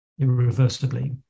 irreversibly